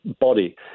body